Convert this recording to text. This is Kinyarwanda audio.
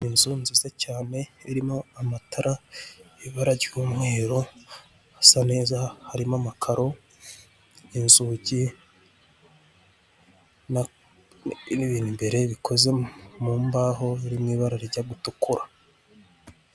Inzu nziza cyane, irimo amatara, ibara ry'umweru, hasa neza, harimo amakaro, inzugi, na, n'ibintu imbere bikoze mu mbaho, biri mu ibara rijya gutukura.